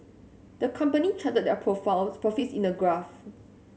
the company charted their perform profits in a graph